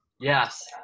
Yes